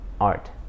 art